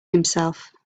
himself